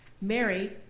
Mary